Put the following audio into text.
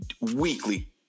weekly